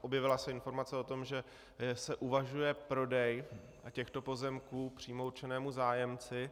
Objevila se informace o tom, že se uvažuje o prodeji těchto pozemků přímo určenému zájemci.